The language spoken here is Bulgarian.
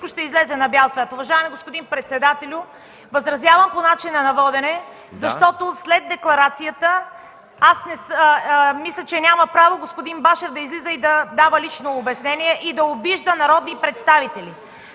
възразявам по начина на водене, защото след декларацията мисля, че господин Башев няма право да излиза и дава лично обяснение и да обижда народни представители.